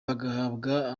bagahabwa